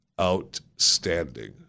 Outstanding